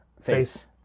face